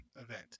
event